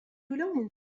لون